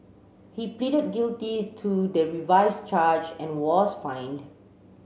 he pleaded guilty to the revised charge and was fined